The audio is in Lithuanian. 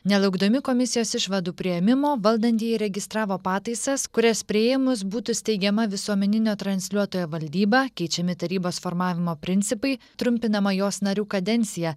nelaukdami komisijos išvadų priėmimo valdantieji registravo pataisas kurias priėmus būtų steigiama visuomeninio transliuotojo valdyba keičiami tarybos formavimo principai trumpinama jos narių kadencija